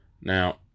Now